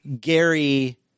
Gary